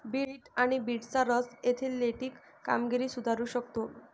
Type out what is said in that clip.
bit आणि बीटचा रस ऍथलेटिक कामगिरी सुधारू शकतो